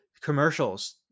commercials